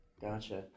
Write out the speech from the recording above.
gotcha